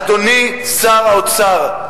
אדוני שר האוצר,